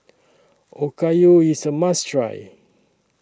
Okayu IS A must Try